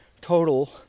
total